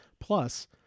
Plus